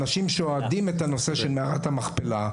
אנשים שאוהדים את הנושא של מערת המכפלה,